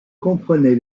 comprenait